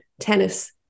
tennis